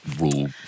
rule